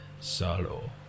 Solo